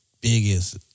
biggest